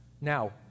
Now